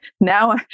now